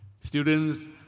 students